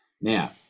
Now